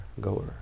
goer